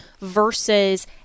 versus